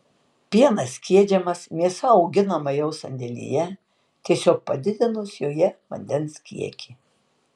pienas skiedžiamas mėsa auginama jau sandėlyje tiesiog padidinus joje vandens kiekį